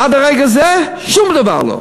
עד לרגע זה שום דבר לא,